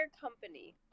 company